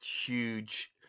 huge